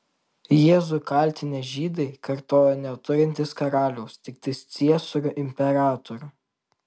jėzų kaltinę žydai kartojo neturintys karaliaus tiktai ciesorių imperatorių